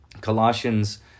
Colossians